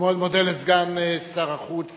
אני מאוד מודה לסגן שר החוץ